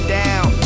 down